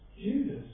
Judas